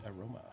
aroma